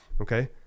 Okay